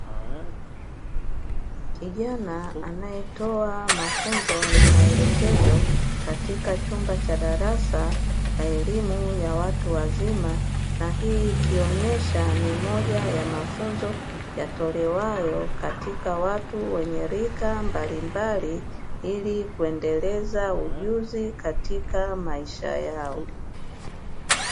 Kijana anayetoa mafunzo na maelekezo katika chumba cha darasa la elimu ya watu wazima na hii ikionyesha ni moja ya mafunzo yatolewayo katika watu wenye rika mbalimbali ili kuendeleza ujuzi katika maisha yao.